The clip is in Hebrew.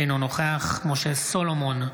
אינו נוכח משה סולומון,